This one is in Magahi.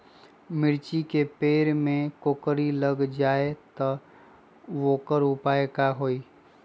मिर्ची के पेड़ में कोकरी लग जाये त वोकर उपाय का होई?